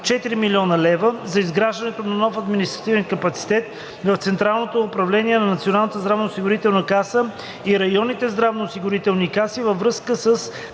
хил. лв. за изграждането на нов административен капацитет в Централното управление на НЗОК и районните здравноосигурителни каси във връзка с